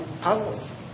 puzzles